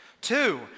Two